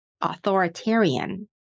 authoritarian